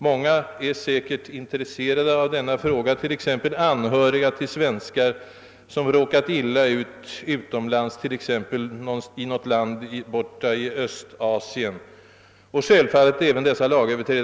Många är säkerligen intresserade av denna fråga, exempelvis anhöriga till svenskar som råkat illa ut utomlands, kanske i något land borta i Östasien. Lagöverträdarna själva är givetvis också intresserade av frågan.